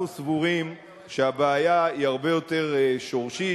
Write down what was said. אנחנו סבורים שהבעיה היא הרבה יותר שורשית,